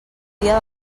dia